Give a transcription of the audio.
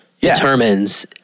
determines